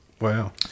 Wow